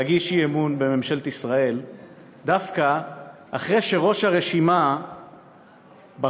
להגיש אי-אמון בממשלת ישראל דווקא אחרי שראש הרשימה בחר,